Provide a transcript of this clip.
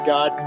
God